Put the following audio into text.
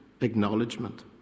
acknowledgement